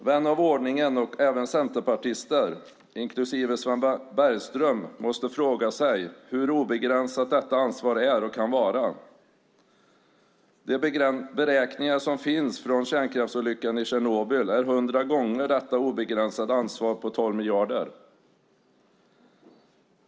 Vän av ordning och även centerpartister, inklusive Sven Bergström, måste fråga sig hur obegränsat detta ansvar är och kan vara. De beräkningar som finns från kärnkraftsolyckan i Tjernobyl är 100 gånger detta obegränsade ansvar på 12 miljarder.